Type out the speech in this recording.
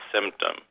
symptom